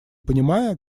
понимая